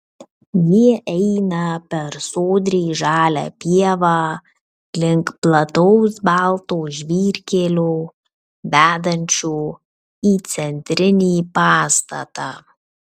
jie eina per sodriai žalią pievą link plataus balto žvyrkelio vedančio į centrinį pastatą